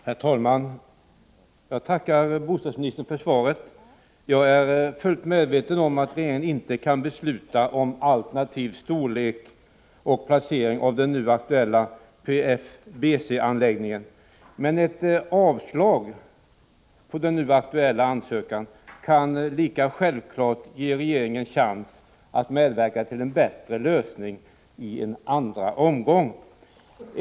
Herr talman! Jag tackar bostadsministern för svaret. Jag är fullt medveten om att regeringen inte kan besluta om alternativ storlek och inplacering av den nu aktuella PFBC-anläggningen. Men ett avslag på ansökningen kan likafullt ge regeringen en chans att medverka till en bättre lösning i en andra omgång.